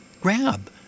grab